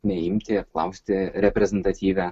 neimti apklausti reprezentatyvią